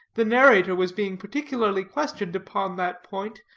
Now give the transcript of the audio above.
the narrator was being particularly questioned upon that point,